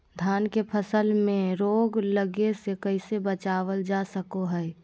धान के फसल में रोग लगे से कैसे बचाबल जा सको हय?